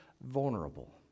vulnerable